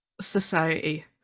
society